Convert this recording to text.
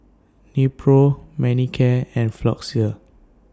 Nepro Manicare and Floxia